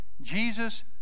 Jesus